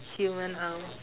human arms